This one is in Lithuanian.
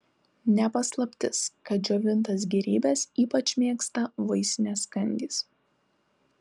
ne paslaptis kad džiovintas gėrybes ypač mėgsta vaisinės kandys